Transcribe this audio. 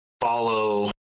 follow